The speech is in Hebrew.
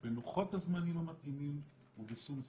בלוחות הזמנים המתאימים ובשום שכל.